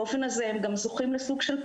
באופן הזה הם זוכים גם לפרסום.